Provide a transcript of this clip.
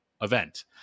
event